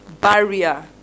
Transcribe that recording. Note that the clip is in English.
barrier